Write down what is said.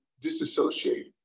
disassociate